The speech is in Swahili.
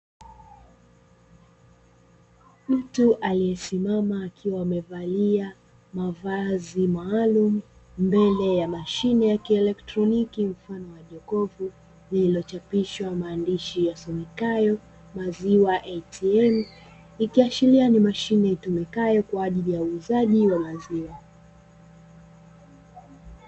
Mtu aliyeasimama akiwa amevalia mavazi maalumu mbele ya mashine ya kieletroniki mfano wa jokofu, lililochapishwa maandishi yasomekayo " Maziwa ATM" ikiashiria ni mashine itumikayo kwa ajili ya uuzaji wa maziwa.